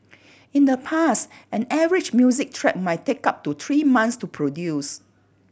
in the past an average music track might take up to three months to produce